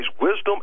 wisdom